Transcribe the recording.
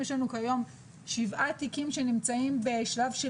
יש לנו כיום שבעה תיקים שנמצאים בשלב של